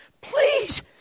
Please